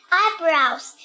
eyebrows